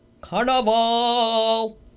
Carnival